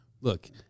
Look